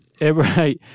Right